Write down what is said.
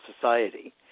Society